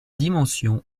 dimensions